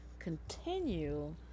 continue